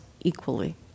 equally